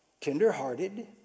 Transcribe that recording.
tenderhearted